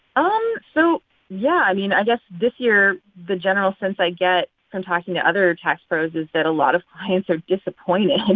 um so yeah, i mean, i guess this year the general sense i get from talking to other tax pros is that a lot of clients are disappointed.